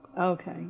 Okay